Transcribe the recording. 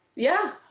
yeah.